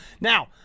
now